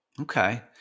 Okay